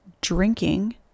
Drinking